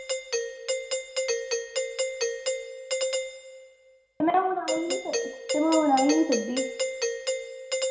ते में हून आई निं सकदी